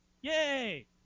Yay